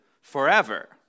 forever